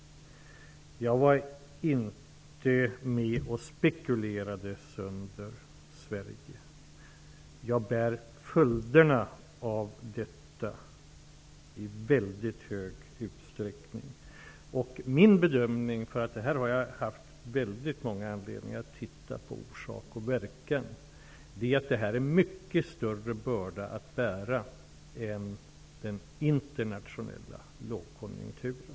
Jag var inte med om att spekulera sönder Sverige. Jag bär i mycket stor utsträckning följderna av det som har hänt. Jag har haft många anledningar att studera orsak och verkan. Min bedömning är att det här är en mycket större börda att bära än den internationella lågkonjunkturen.